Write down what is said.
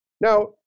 Now